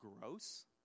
gross